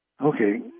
Okay